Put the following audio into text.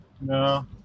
No